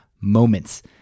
moments